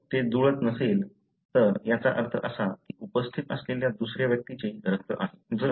जर ते जुळत नसेल तर याचा अर्थ असा की उपस्थित असलेल्या दुसर्या व्यक्तीचे रक्त आहे